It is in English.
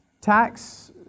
Tax